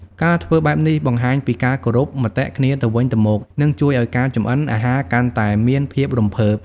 ការធ្វើបែបនេះបង្ហាញពី ការគោរពមតិគ្នាទៅវិញទៅមក និងជួយឱ្យការចម្អិនអាហារកាន់តែមានភាពរំភើប ។